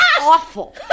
awful